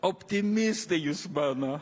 optimistai jūs mano